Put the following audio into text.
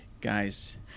guys